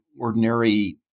ordinary